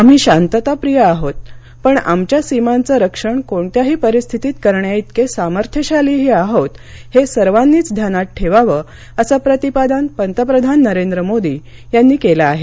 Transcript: आम्ही शांतताप्रीय आहोत पण आमच्या सीमांचं रक्षण कोणत्याही परिस्थितीत करण्याइतके सामर्थ्यशालीही आहोत हे सर्वांनीच ध्यानात ठेवावं असं प्रतिपादन पंतप्रधान नरेंद्र मोदी यांनी केलं आहे